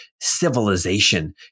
civilization